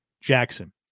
Jackson